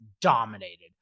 dominated